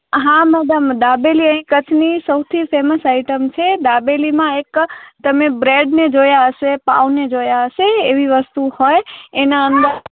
હા મૅડમ દાબેલી અહીં કચ્છની સૌથી ફેમસ આઈટમ છે દાબેલીમાં એક તમે બ્રૅડને જોયા હશે પાંઉને જોયા હશે એવી વસ્તુ હોય એનાં અંદર